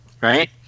right